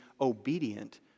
obedient